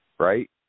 Right